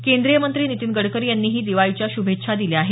केंद्रीय मंत्री नितीन गडकरी यांनीही दिवाळीच्या शुभेच्छा दिल्या आहेत